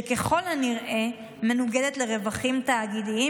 שככל הנראה מנוגדת לרווחים תאגידיים